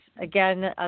again